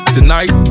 Tonight